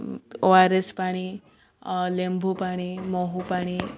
ଓ R S ପାଣି ଲେମ୍ବୁ ପାଣି ମହୁ ପାଣି